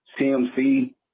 CMC